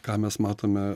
ką mes matome